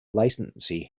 latency